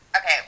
Okay